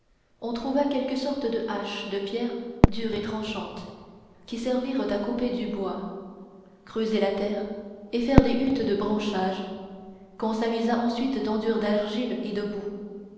on trouva quelques sortes de haches de pierres dures et tranchantes qui servirent à couper du bois creuser la terre et faire des huttes de branchages qu'on s'avisa ensuite d'enduire d'argile et